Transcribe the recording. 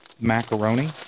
macaroni